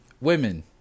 women